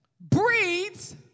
breeds